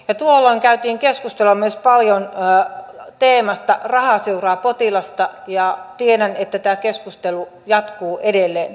tuolloin käytiin keskustelua myös paljon teemasta raha seuraa potilasta ja tiedän että tämä keskustelu jatkuu edelleen